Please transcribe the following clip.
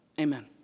Amen